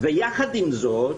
עם זאת,